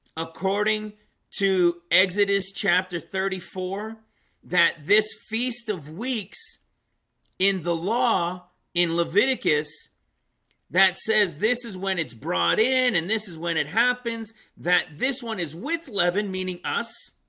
according to exodus chapter thirty four that this feast of weeks in the law in leviticus that says this is when it's brought in and this is when it happens that this one is with leaven meaning us